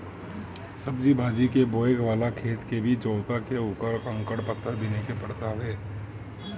सब्जी भाजी बोए वाला खेत के भी जोतवा के उकर कंकड़ पत्थर बिने के पड़त हवे